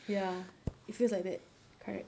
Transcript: ya it feels like that correct